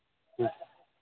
ठीक